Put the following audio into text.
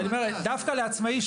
דווקא לעצמאי,